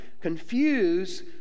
confuse